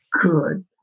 good